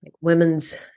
women's